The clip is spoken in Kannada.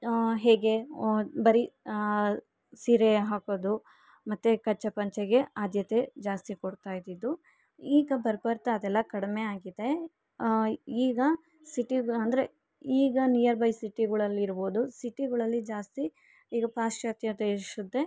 ಹೇಗೆ ಬರಿ ಸೀರೆ ಹಾಕೋದು ಮತ್ತು ಕಚ್ಚೆ ಪಂಚೆಗೆ ಆದ್ಯತೆ ಜಾಸ್ತಿ ಕೊಡ್ತಾಯಿದ್ದಿದ್ದು ಈಗ ಬರ್ಬತ್ತ ಅದೆಲ್ಲ ಕಡಿಮೆ ಆಗಿದೆ ಈಗ ಸಿಟಿಗೆ ಅಂದರೆ ಈಗ ನಿಯರ್ ಬೈ ಸಿಟಿಗಳಲ್ಲಿರ್ಬೊದು ಸಿಟಿಗಳಲ್ಲಿ ಜಾಸ್ತಿ ಈಗ ಪಾಶ್ಚಾತ್ಯ ದೇಶದ್ದೆ